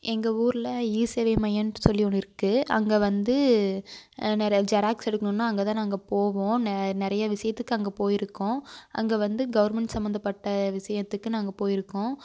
எங்கள் ஊரில் இ சேவை மையம்னு சொல்லி ஒன்று இருக்குது அங்கே வந்து நிறைய ஜெராக்ஸ் எடுக்கணுன்னால் அங்கேதான் நாங்கள் போவோம் நெ நிறையா விஷயத்துக்கு அங்கே போயிருக்கோம் அங்கே வந்து கவுர்மெண்ட் சம்பந்தப்பட்ட விஷயத்துக்கு நாங்கள் போயிருக்கோம்